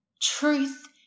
truth